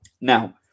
Now